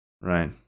right